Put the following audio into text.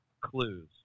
clues